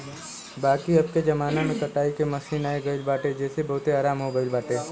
बाकी अबके जमाना में कटाई के मशीन आई गईल बाटे जेसे बहुते आराम हो गईल बाटे